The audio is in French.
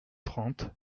trente